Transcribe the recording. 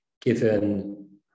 given